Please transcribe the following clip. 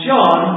John